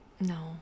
No